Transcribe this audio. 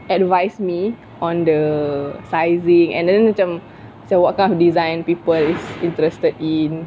advise me on the sizing and then macam so what kind of design people is interested in